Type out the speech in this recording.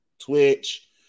twitch